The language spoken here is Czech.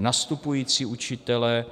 nastupující učitele.